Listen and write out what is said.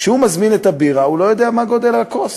כשהוא מזמין את הבירה הוא לא יודע מה גודל הכוס,